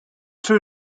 two